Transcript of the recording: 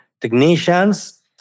technicians